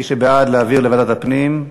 מי שבעד, להעביר לוועדת הפנים,